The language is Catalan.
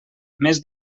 més